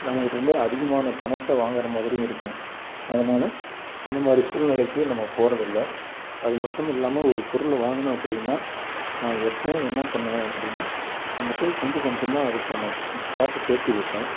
நம்மக்கிட்டேருந்து அதிகமான பணத்தை வாங்கற மாதிரியும் இருக்கும் அதனால் அந்த மாதிரி சூழ்நிலைக்கு நம்ம போகறதில்ல அது மட்டும் இல்லாமல் ஒரு பொருளை வாங்கணும் அப்படின்னா நான் எப்போவும் என்ன பண்ணுவேன் அப்படின்னா வந்துவிட்டு கொஞ்சம் கொஞ்சமாக அதற்கான அந்த காசை சேர்த்தி வைப்பேன்